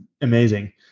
amazing